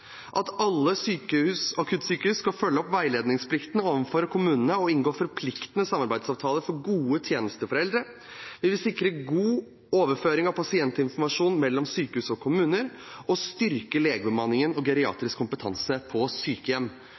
at alle akuttsykehus skal følge opp veiledningsplikten overfor kommunene og inngå forpliktende samarbeidsavtaler for gode tjenester for eldre å sikre god overføring av pasientinformasjon mellom sykehus og kommuner å styrke legebemanning og geriatrisk kompetanse på sykehjem